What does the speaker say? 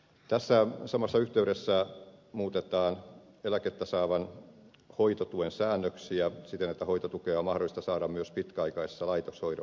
tässä samassa yhteydessä muutetaan eläkettä saavan hoitotuen säännöksiä siten että hoitotukea on mahdollista saada myös pitkäaikaisessa laitoshoidossa